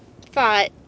thought